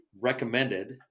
recommended